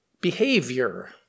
behavior